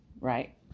right